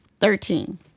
Thirteen